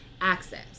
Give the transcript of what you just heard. Access